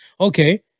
okay